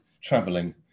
traveling